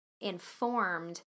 informed